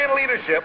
leadership